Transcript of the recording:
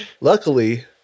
Luckily